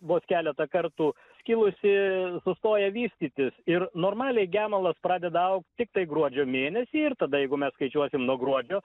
vos keletą kartų skilusi sustoja vystytis ir normaliai gemalas pradeda augt tiktai gruodžio mėnesį ir tada jeigu mes skaičiuosim nuo gruodžio